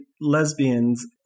lesbians